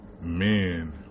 men